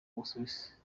busuwisi